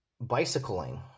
bicycling